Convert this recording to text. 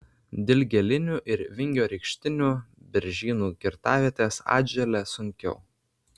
dilgėlinių ir vingiorykštinių beržynų kirtavietės atželia sunkiau